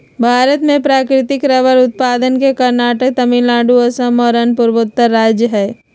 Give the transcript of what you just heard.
भारत में प्राकृतिक रबर उत्पादक के कर्नाटक, तमिलनाडु, असम और अन्य पूर्वोत्तर राज्य हई